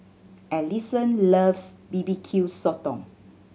Alison loves B B Q Sotong